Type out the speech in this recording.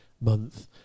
month